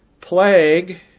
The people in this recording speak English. plague